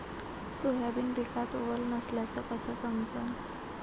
Soybean पिकात वल नसल्याचं कस समजन?